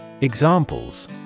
Examples